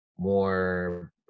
more